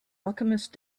alchemist